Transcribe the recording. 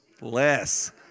less